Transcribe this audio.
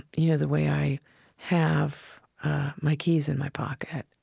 you know, the way i have my keys in my pocket.